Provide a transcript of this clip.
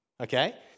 okay